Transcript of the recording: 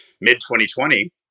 mid-2020